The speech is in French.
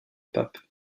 pape